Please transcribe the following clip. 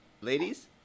ladies